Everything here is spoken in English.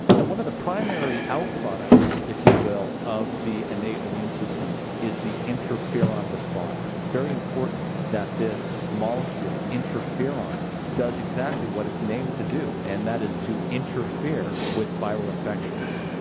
and one of the primary out products, if you will, of the innate immune system is the interferon response. it's very important that this molecule interferon does exactly what it's named to do and that is to interfere with viral infections.